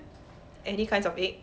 any kinds of egg